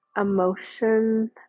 emotion